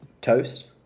Toast